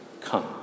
Come